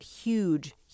Huge